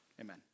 Amen